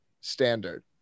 standard